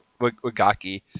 Wagaki